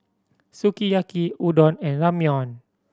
Sukiyaki Udon and Ramyeon